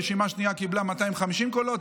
רשימה שנייה קיבלה 250 קולות,